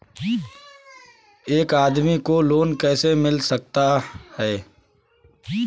एक आदमी को लोन कैसे मिल सकता है?